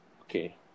Okay